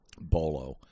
BOLO